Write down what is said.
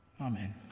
Amen